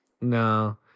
No